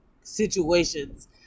situations